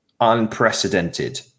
unprecedented